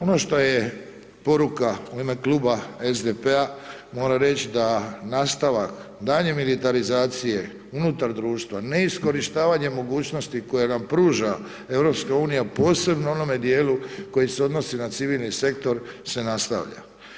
Ono što je poruka u ime kluba SDP-a, moram reći da nastavak daljnje militarizacije unutar društva, neiskorištavanje mogućnosti koje nam pruža EU posebno u onome djelu koji se odnosi na civilni sektor se na nastavlja.